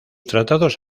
tratados